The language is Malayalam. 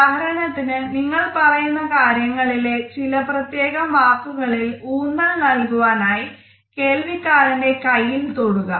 ഉദാഹരണത്തിന് നിങ്ങൾ പറയുന്ന കാര്യങ്ങളിലെ ചില പ്രത്യേകം വാക്കുകളിൽ ഊന്നൽ നൽകുവാനായി കേൾവിക്കാരന്റെ കയ്യിൽ തൊടുക